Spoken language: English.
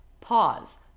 pause